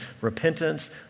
repentance